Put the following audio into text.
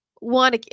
One